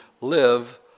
live